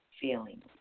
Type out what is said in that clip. feeling